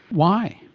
why?